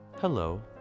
Hello